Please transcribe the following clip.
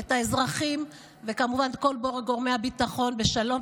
את האזרחים וכמובן את כל גורמי הביטחון לשלום,